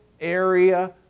area